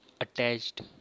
attached